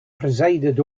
presided